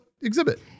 exhibit